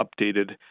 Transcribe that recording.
updated